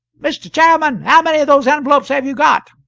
mr. chairman, how many of those envelopes have you got?